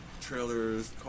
trailers